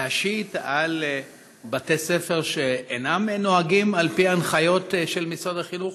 להשית על בתי-ספר שאינם נוהגים על פי ההנחיות של משרד החינוך?